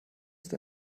ist